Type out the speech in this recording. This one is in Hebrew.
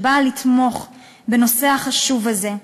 שבאה לתמוך בנושא החשוב הזה,